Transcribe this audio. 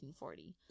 1940